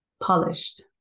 polished